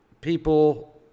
people